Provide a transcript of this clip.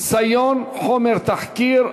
(חסיון חומר תחקיר),